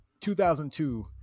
2002